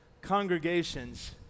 congregations